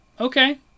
Okay